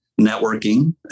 networking